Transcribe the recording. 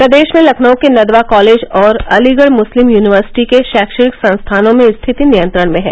प्रदेश में लखनऊ के नदवा कॉलेज और अलीगढ़ मुस्लिम यूनिवर्सिटी के शैक्षणिक संस्थानों में स्थिति नियंत्रण में है